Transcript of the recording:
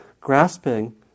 grasping